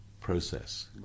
process